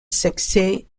succès